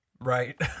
Right